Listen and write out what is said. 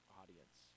audience